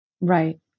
Right